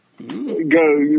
go